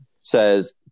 says